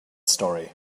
story